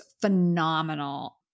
phenomenal